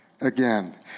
again